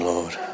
Lord